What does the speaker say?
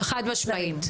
חד משמעית.